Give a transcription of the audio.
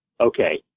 Okay